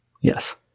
Yes